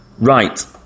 Right